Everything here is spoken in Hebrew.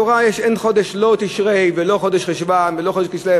בתורה אין לא חודש תשרי ולא חודש חשוון ולא חודש כסלו,